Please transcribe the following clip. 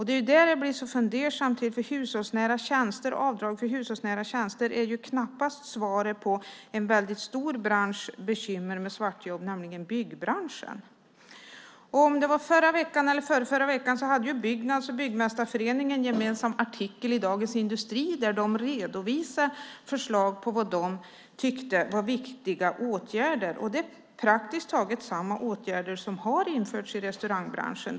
Det är där jag blir fundersam. Avdrag för hushållsnära tjänster är knappast svaret på en väldigt stor branschs bekymmer med svartjobb, nämligen byggbranschen. I förra veckan eller i förrförra veckan hade Byggnads och Byggmästarföreningen en artikel i Dagens Industri där de redovisade förslag på vad de tyckte var viktiga åtgärder. Det är praktiskt taget samma åtgärder som har införts i restaurangbranschen.